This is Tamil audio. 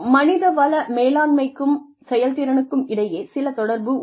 மனித வள மேலாண்மைக்கும் செயல்திறனுக்கும் இடையே சில தொடர்பு உள்ளது